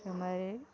இதை மாதிரி